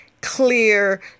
clear